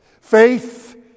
Faith